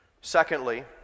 secondly